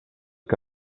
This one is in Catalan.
que